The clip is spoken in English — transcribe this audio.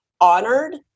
honored